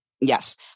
yes